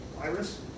iris